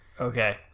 Okay